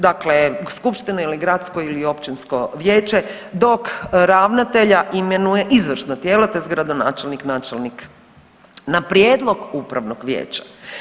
Dakle, skupština ili gradsko ili općinsko vijeće dok ravnatelja imenuje izvršno tijelo, tj. gradonačelnik, načelnik na prijedlog upravnog vijeća.